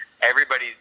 everybody's